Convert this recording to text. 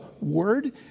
word